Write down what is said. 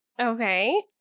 okay